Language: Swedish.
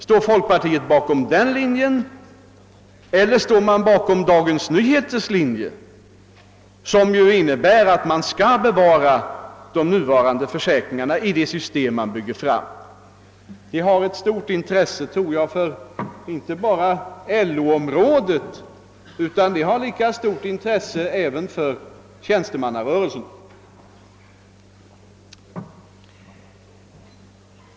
Står folkpartiet bakom den linjen eller står man bakom Dagens Nyheters linje, som innebär att man skall bevara de nuvarande försäkringarna i det system man bygger upp? Det har ett stort intresse inte bara för LO utan även för tjänstemannarörelsen.